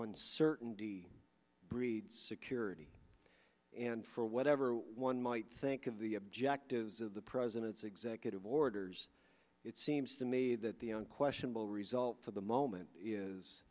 on certain breeds security and for whatever one might think of the objectives of the president's executive orders it seems to me that the question will result for the moment is